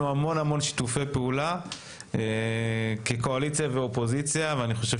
המון המון שיתופי פעולה כקואליציה ואופוזיציה ואני חושב